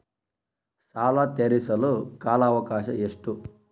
ಸಾಲ ತೇರಿಸಲು ಕಾಲ ಅವಕಾಶ ಎಷ್ಟು?